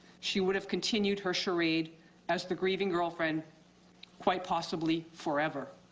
she would have continued her charades as the grieving girlfriend quite possibly forever.